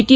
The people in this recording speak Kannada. ಟಿ